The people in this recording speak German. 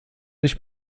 nicht